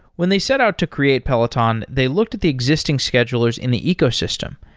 when they set out to create peloton, they looked at the existing schedulers in the ecosystem,